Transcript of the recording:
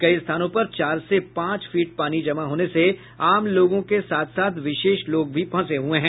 कई स्थानों पर चार से पांच फीट पानी जमा होने से आम लोगों के साथ साथ विशेष लोग भी फंसे हुए हैं